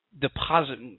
deposit